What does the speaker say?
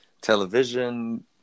Television